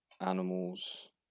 animals